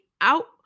out